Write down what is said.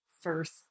first